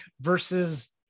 versus